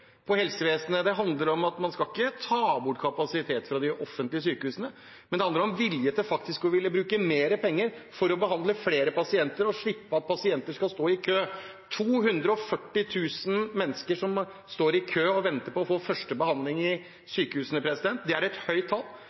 på helsevesenet. Det handler ikke om å ta bort kapasitet fra de offentlige sykehusene, men om vilje til å bruke mer penger for å behandle flere pasienter og slippe at pasienter skal stå i kø. 240 000 mennesker som står i kø og venter på å få første behandling i sykehusene, er et høyt tall.